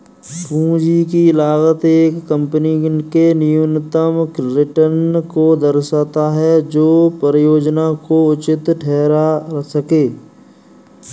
पूंजी की लागत एक कंपनी के न्यूनतम रिटर्न को दर्शाता है जो परियोजना को उचित ठहरा सकें